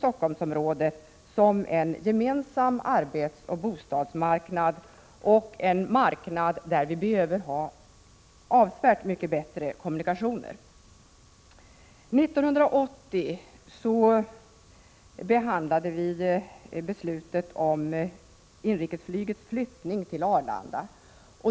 Stockholmsområdet som en gemensam arbetsoch bostadsmarknad samt en marknad där det behövs avsevärt bättre kommunikationer. År 1980 behandlade vi förslaget om inrikesflygets flyttning till Arlanda.